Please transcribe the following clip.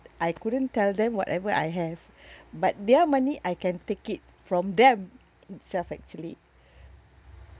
I couldn't tell them whatever I have but their money I can take it from them itself actually